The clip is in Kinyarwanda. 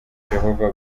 jehova